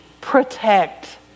protect